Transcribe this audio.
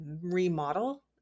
remodel